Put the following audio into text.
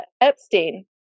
Epstein